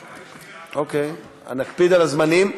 אוקיי, נקפיד על הזמנים.